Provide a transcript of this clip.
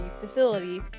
facility